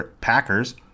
Packers